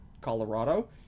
Colorado